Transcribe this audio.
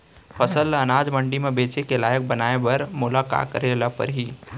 फसल ल अनाज मंडी म बेचे के लायक बनाय बर मोला का करे ल परही?